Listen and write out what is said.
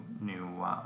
new